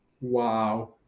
Wow